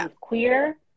queer